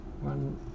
One